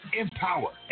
empower